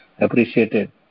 appreciated